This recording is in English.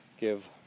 give